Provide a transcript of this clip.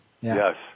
Yes